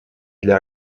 для